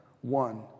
one